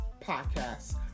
Podcast